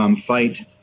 fight